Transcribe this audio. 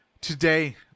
today